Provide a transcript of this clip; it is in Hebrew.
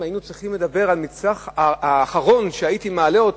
אם היינו צריכים לדבר על המצרך האחרון שהייתי מעלה את